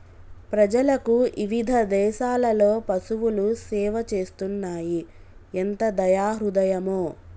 ప్రజలకు ఇవిధ దేసాలలో పసువులు సేవ చేస్తున్నాయి ఎంత దయా హృదయమో